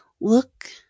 Look